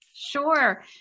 Sure